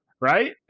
Right